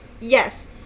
Yes